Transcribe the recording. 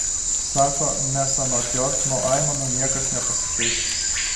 sako nes anot jos nuo aimanų niekas nepasikeis